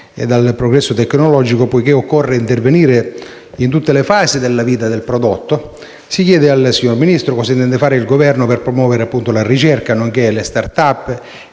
e dal progresso tecnologico, poiché occorre intervenire in tutte le fasi della vita del prodotto, le chiedo anzitutto cosa intende fare il Governo per promuovere, appunto, la ricerca nonché le *start-up*